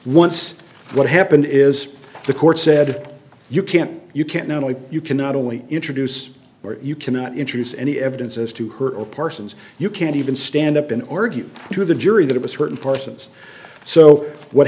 once what happened is the court said you can't you can't not only you can not only introduce or you cannot introduce any evidence as to her or parsons you can't even stand up in order to have a jury that of a certain persons so what